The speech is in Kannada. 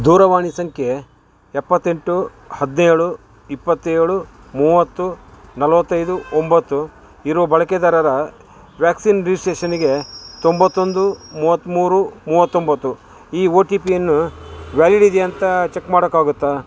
ದೂರವಾಣಿ ಸಂಖ್ಯೆ ಎಪ್ಪತ್ತೆಂಟು ಹದಿನೇಳು ಇಪ್ಪತ್ತೇಳು ಮೂವತ್ತು ನಲ್ವತ್ತೈದು ಒಂಬತ್ತು ಇರೋ ಬಳಕೆದಾರರ ವ್ಯಾಕ್ಸಿನ್ ರಿಜಿಸ್ಟ್ರೇಷನಿಗೆ ತೊಂಬತ್ತೊಂದು ಮೂವತ್ತ್ಮೂರು ಮೂವತ್ತೊಂಬತ್ತು ಈ ಒ ಟಿ ಪಿ ಇನ್ನೂ ವ್ಯಾಲಿಡ್ ಇದೆಯಾ ಅಂತ ಚೆಕ್ ಮಾಡೋಕ್ಕಾಗುತ್ತಾ